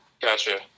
Gotcha